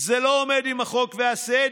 זה לא עומד עם החוק והסדר",